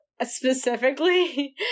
specifically